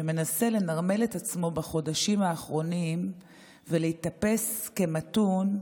שמנסה לנרמל את עצמו בחודשים האחרונים ולהיתפס כמתון,